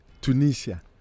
Tunisia